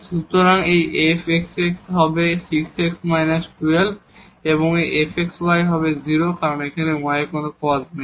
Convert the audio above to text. সুতরাং fx x হবে 6 x − 12 এবং এই fx y হবে 0 কারণ এখানে y এর কোন পদ নেই